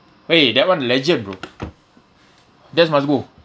wei that [one] legend bro that's must go